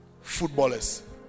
footballers